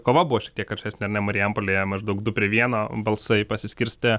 kova buvo šiek tiek aršesnė ar ne marijampolėje maždaug du prie vieno balsai pasiskirstė